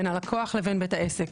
בין הלקוח לבין בית העסק.